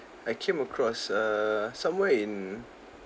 I came across err somewhere in